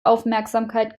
aufmerksamkeit